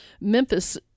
Memphis